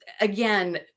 again